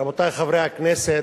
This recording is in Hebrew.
רבותי חברי הכנסת,